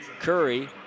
Curry